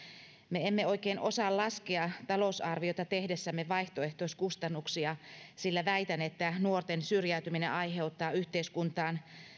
me emme oikein osaa laskea talousarviota tehdessämme vaihtoehtoiskustannuksia sillä väitän että nuorten syrjäytyminen aiheuttaa yhteiskuntaan